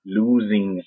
losing